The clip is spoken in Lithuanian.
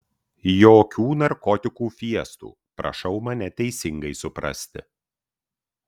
jokių narkotikų fiestų prašau mane teisingai suprasti